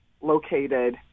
located